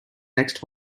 next